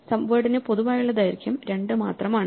സബ്വേഡിന് പൊതുവായുള്ള ദൈർഘ്യം 2 മാത്രമാണ്